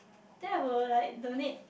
then I will like donate